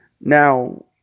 Now